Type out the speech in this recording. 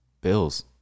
Bills